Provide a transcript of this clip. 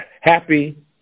happy